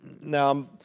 Now